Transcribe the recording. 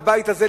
בבית הזה,